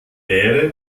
wäre